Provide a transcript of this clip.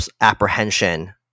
apprehension